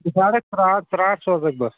بہٕ تَرٛاوَکھ ژرٛاٹھ ژرٛاٹھ سوزَکھ بہٕ